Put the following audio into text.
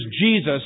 Jesus